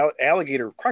Alligator